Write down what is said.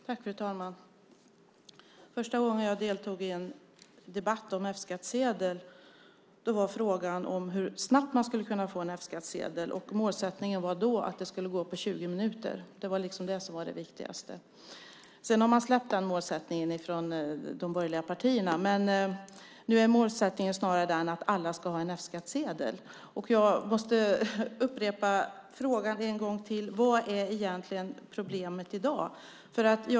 Fru talman! Första gången jag deltog i en debatt om F-skattsedel var frågan hur snabbt man skulle kunna få en F-skattsedel, och målsättningen var då att det skulle gå på 20 minuter. Det var det som var det viktigaste. Sedan har de borgerliga partierna släppt den målsättningen. Nu är målsättningen snarare den att alla ska ha en F-skattsedel. Jag måste upprepa frågan: Vad är egentligen problemet i dag?